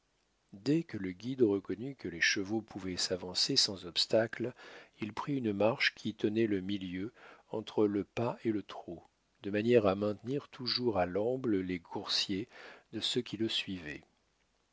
dès que le guide reconnut que les chevaux pouvaient s'avancer sans obstacle il prit une marche qui tenait le milieu entre le pas et le trot de manière à maintenir toujours à l'amble les coursiers de ceux qui le suivaient